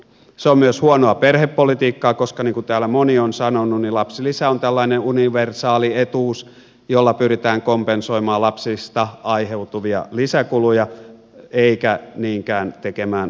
se on myös huonoa perhepolitiikkaa koska niin kuin täällä moni on sanonut lapsilisä on tällainen universaali etuus jolla pyritään kompensoimaan lapsista aiheutuvia lisäkuluja eikä niinkään tekemään tulonjakopolitiikkaa